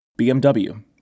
BMW